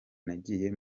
nagiye